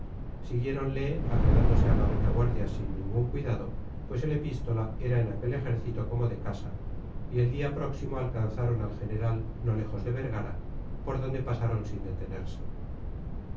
mondragón siguiéronle agregándose a la retaguardia sin ningún cuidado pues el epístola era en aquel ejército como de casa y el día próximo alcanzaron al general no lejos de vergara por donde pasaron sin detenerse